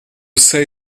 sei